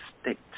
state